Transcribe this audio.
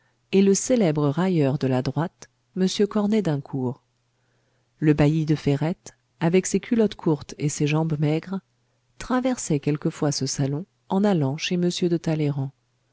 et le célèbre railleur de la droite m cornet dincourt le bailli de ferrette avec ses culottes courtes et ses jambes maigres traversait quelquefois ce salon en allant chez m de